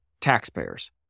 taxpayers